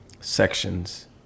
sections